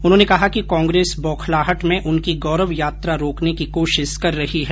उन्होंने कहा कि कांग्रेस बौखलाहट में उनकी गौरव यात्रा रोकने की कोशिश कर रही है